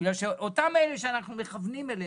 אותם אלה שאנחנו מכוונים אליהם,